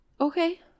Okay